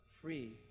free